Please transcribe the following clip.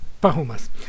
performance